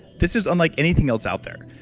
this is unlike anything else out there.